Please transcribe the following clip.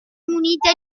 munita